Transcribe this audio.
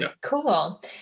Cool